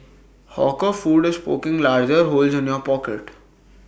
hawker food is poking larger holes in your pocket